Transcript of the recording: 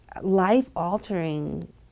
life-altering